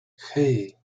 hey